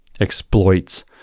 exploits